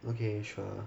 okay sure